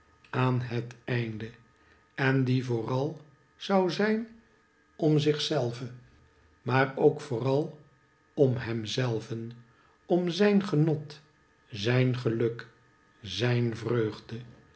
aan het einde en die vooral zou zijn om zichzelve maar ook vooral om hemzelven om zijn genot zijn geluk zijn vreugde